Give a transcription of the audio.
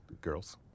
girls